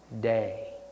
day